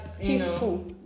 peaceful